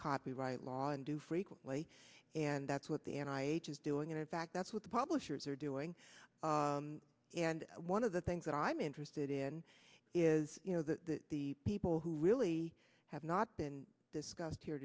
copyright law and do frequently and that's what the and i was doing and in fact that's what the publishers are doing and one of the things that i'm interested in is you know that the people who really have not been discussed here